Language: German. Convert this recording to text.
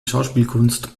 schauspielkunst